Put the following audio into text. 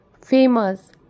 Famous